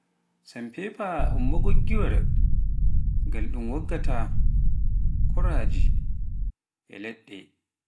sanpepa un magoggirwaal, ngal ɗun woggata koraaje e leɗɗe.